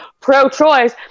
pro-choice